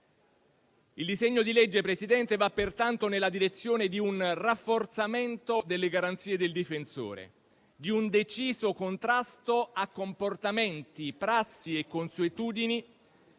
Il disegno di legge, Presidente, va pertanto nella direzione di un rafforzamento delle garanzie del difensore, di un deciso contrasto a comportamenti, prassi e consuetudini,